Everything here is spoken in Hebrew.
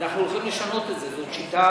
אנחנו הולכים לשנות את זה, זאת שיטה